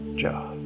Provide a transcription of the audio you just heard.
job